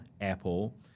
Apple